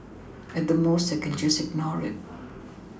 at the most I can just ignore it